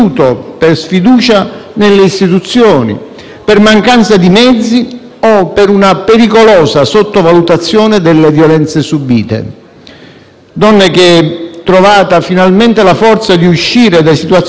per mancanza di mezzi o per una pericolosa sottovalutazione delle violenze subite. Donne che, trovata finalmente la forza di uscire da situazioni di questo tipo, non incontrano poi